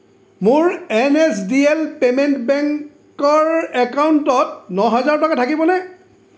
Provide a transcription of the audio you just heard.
মোৰ N S D L payment বেংকৰ একাউণ্টত ন হাজাৰ টকা থাকিবনে